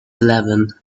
eleven